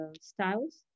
styles